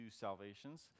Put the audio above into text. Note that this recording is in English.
salvations